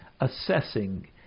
assessing